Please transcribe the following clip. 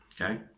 Okay